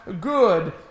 good